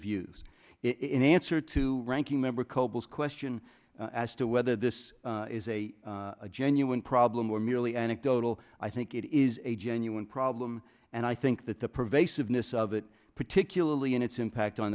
views in answer to ranking member cobol's question as to whether this is a genuine problem or merely anecdotal i think it is a genuine problem and i think that the pervasiveness of it particularly in its impact on